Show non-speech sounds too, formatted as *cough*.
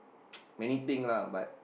*noise* many thing lah but